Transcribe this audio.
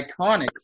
iconic